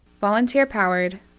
Volunteer-powered